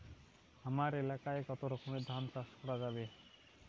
হামার এলাকায় কতো রকমের ধান চাষ করা যাবে?